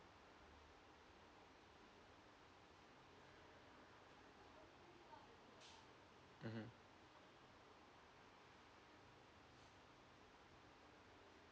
mmhmm